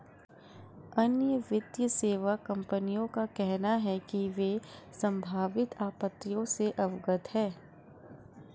अन्य वित्तीय सेवा कंपनियों का कहना है कि वे संभावित आपत्तियों से अवगत हैं